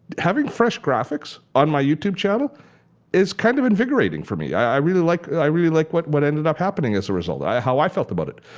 having fresh graphics on my youtube channel is kind of invigorating for me. i really like i really like what what ended up happening as a result, how i felt about it.